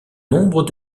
nombre